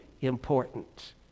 important